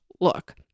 look